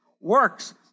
Works